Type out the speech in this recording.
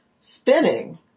spinning